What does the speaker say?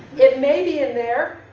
it may be in there.